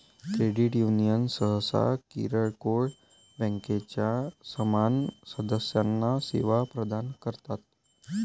credit union सहसा किरकोळ बँकांच्या समान सदस्यांना सेवा प्रदान करतात